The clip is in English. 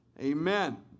Amen